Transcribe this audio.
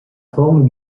forme